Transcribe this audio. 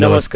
नमस्कार